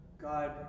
God